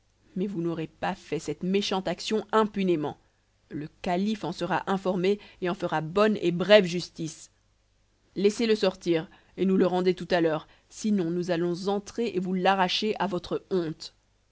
mais vous n'aurez pas fait cette méchante action impunément le calife en sera informé et en fera bonne et brève justice laissez-le sortir et nous le rendez tout à l'heure sinon nous allons entrer et vous l'arracher à votre honte